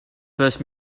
first